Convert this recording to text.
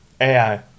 AI